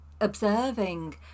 observing